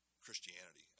Christianity